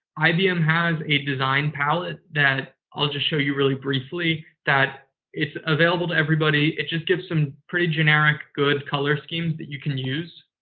ibm has a design palette that i'll just show you really briefly that it's available to everybody. it just gives some pretty generic good color schemes that you can use.